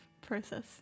process